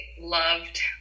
loved